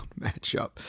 matchup